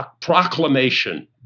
proclamation